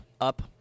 up